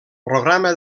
programa